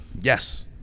Yes